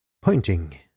pointing